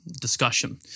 discussion